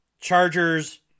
Chargers